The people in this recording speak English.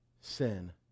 Sin